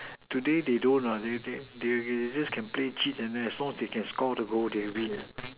today they don't want they they they they just can play cheat and then as long as they can score the goal they win